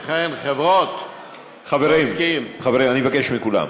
וכן חברות, חברים, חברים, אני מבקש מכולם.